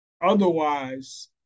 Otherwise